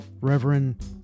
Reverend